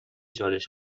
چالش